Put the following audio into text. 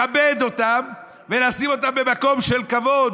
לכבד אותן ולשים אותן במקום של כבוד.